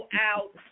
out